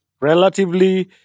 Relatively